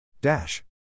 Dash